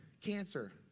cancer